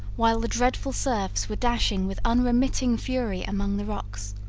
while the dreadful surfs were dashing with unremitting fury among the rocks,